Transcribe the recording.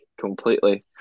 completely